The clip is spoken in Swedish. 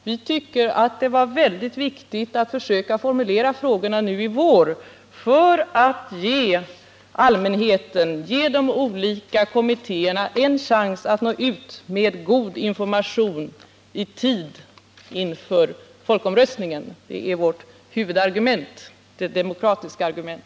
Vi tyckte att det var viktigt att försöka formulera frågorna nu i vår för att ge de olika kommittéerna en chans att nå ut med god information till allmänheten i tid inför folkomröstningen. Detta demokratiska argument är vårt huvudargument.